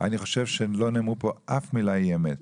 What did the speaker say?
אני חושב שלא נאמרה פה אף מילה אי אמת.